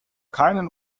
keinen